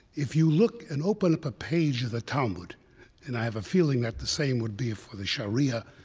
if you look and open up a page of the talmud and i have a feeling that the same would be for the sharia,